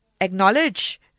acknowledge